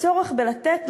הצורך לתת,